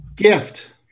gift